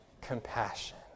Compassion